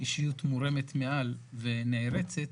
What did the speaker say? אישיות מורמת מעם ונערצת,